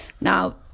now